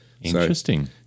Interesting